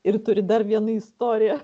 ir turit dar vieną istoriją